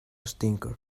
stinker